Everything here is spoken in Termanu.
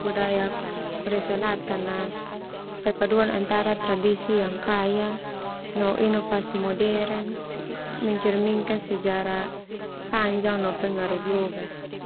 Budaya Korea Selatan ah perpaduan antara tradisi yang kaya, no inovasi modern, mencerminkan sejarah panjang no pengaruh global.